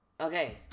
Okay